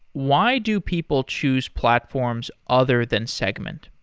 why do people choose platforms other than segment?